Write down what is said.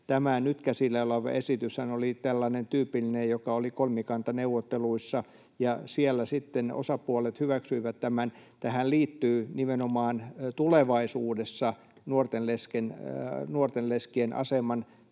tämä nyt käsillä oleva esityshän oli tällainen tyypillinen, joka oli kolmikantaneuvotteluissa, ja siellä sitten osapuolet hyväksyivät tämän. Tähän liittyy nimenomaan tulevaisuudessa nuorten leskien aseman heikennystä